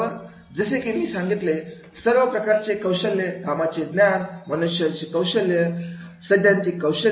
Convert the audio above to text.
जसे की मी सांगितले सर्व प्रकारचे कौशल्य कामाचे ज्ञान मनुष्यबळ कौशल्य सैद्धांतिक कौशल्य